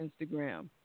Instagram